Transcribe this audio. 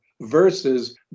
versus